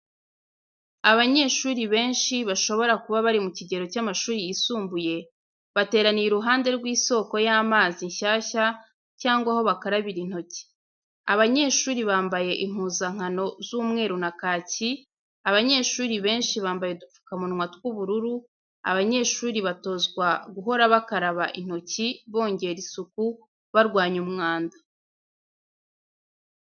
Abanyeshuri benshi, bashobora kuba bari mu kigero cy'amashuri yisumbuye, bateraniye iruhande rw'isoko y'amazi nshyashya cyangwa aho bakarabira intoki. Abanyeshuri bambaye impuzankano z'umweru na kaki, abanyeshuri benshi bambaye udupfukamunwa tw'ubururu, abanyeshuri batozwa guhora bakaraba intoki, bongera isuku, barwanya umwanda.